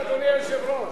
אוקיי, יכול להיות.